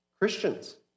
Christians